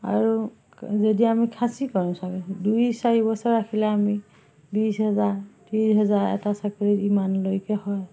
আৰু যদি আমি খাচী কৰোঁ চাকৰি দুই চাৰি বছৰ আহিলে আমি বিছ হেজাৰ ত্ৰিছ হেজাৰ এটা ছাগলীত ইমানলৈকে হয়